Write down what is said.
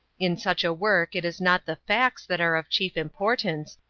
in such a work it is not the facts that are of chief importance,